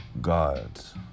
gods